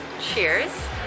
Cheers